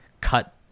cut